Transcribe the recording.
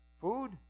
food